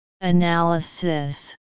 Analysis